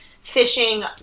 fishing